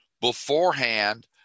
Beforehand